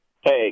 Hey